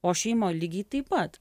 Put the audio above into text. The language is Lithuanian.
o šeimoj lygiai taip pat